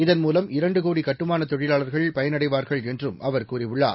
இதன் மூலம் இரண்டு கோடி கட்டுமான தொழிலாளர்கள் பயனடைவார்கள் என்றும் அவர் கூறியுள்ளார்